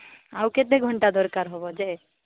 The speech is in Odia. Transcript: ଆଉ କେତେ ଘଣ୍ଟା ଦରକାର ହେବ ଯେ